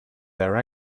their